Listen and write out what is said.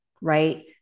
right